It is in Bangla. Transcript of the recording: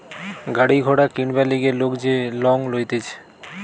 গাড়ি ঘোড়া কিনবার লিগে লোক যে লং লইতেছে